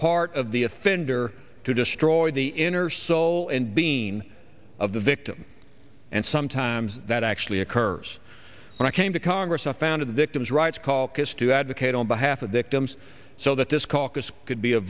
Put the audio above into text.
part of the offender to destroy the inner soul and bean of the victim and sometimes that actually occurs when i came to congress i found a victim's rights call chris to advocate on behalf of victims so that this caucus could be a